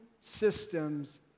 systems